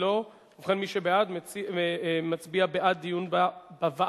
ובכן, מי שבעד מצביע בעד דיון בוועדה.